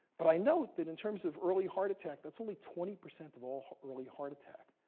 but i note that, in terms of early heart attack, that's only twenty percent of all early heart attack.